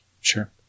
Sure